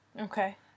Okay